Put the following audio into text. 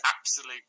absolute